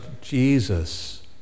Jesus